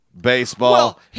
baseball